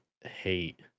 hate